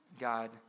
God